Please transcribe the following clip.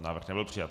Návrh nebyl přijat.